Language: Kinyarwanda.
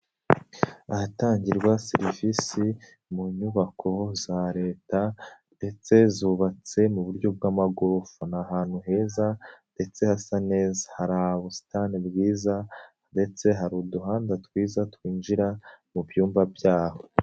Ahatangirwa serivisi mu nyubako za Leta ndetse zubatse mu buryo bw'amagorofa, ni ahantu heza ndetse hasa neza, hari ubusitani bwiza ndetse hari uduhanda twiza twinjira mu byumba byaho.